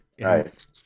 Right